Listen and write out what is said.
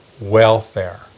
welfare